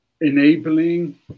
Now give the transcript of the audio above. enabling